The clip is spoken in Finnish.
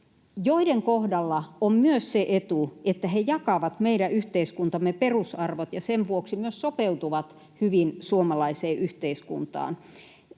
joiden kohdalla on myös se etu, että he jakavat meidän yhteiskuntamme perusarvot ja sen vuoksi myös sopeutuvat hyvin suomalaiseen yhteiskuntaan.